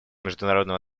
международного